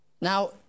Now